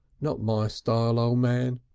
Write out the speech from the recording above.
not my style, o' man.